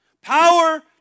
Power